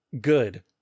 Good